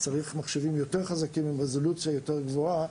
צריך מחשבים יותר חזקים עם רזולוציה יותר גבוהה.